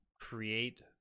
create